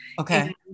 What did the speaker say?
Okay